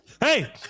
Hey